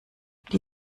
die